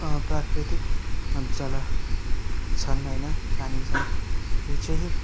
प्राकृतिक जल छन् होइन पानी छन् त्यो चाहिँ